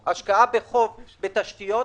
בחוב, בתשתיות,